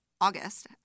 August